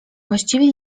właściwie